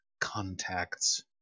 contacts